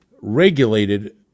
regulated